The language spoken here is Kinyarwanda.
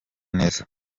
neza